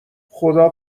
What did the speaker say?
خدا